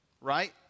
right